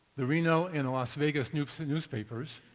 the reno' and the las vegas' newspapers.